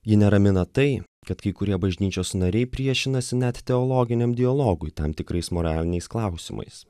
jį neramina tai kad kai kurie bažnyčios nariai priešinasi net teologiniam dialogui tam tikrais moraliniais klausimais